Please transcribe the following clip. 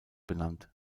benannt